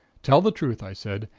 tell the truth i said.